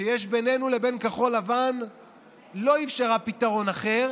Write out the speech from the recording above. שיש בינינו לבין כחול לבן לא אפשרה פתרון אחר,